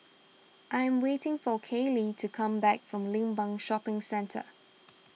I am waiting for Kayley to come back from Limbang Shopping Centre